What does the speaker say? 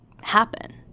Happen